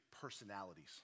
personalities